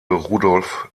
rudolf